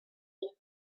eat